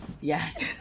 Yes